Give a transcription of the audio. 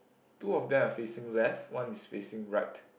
two of them are facing left one is facing right